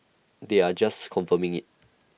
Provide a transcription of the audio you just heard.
they are just confirming IT